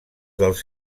dels